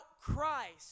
Christ